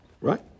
Right